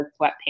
sweatpants